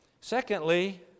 Secondly